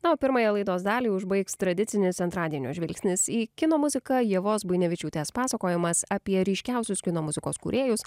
na o pirmąją laidos dalį užbaigs tradicinis antradienio žvilgsnis į kino muziką ievos buinevičiūtės pasakojimas apie ryškiausius kino muzikos kūrėjus